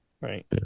Right